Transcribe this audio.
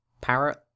Parrot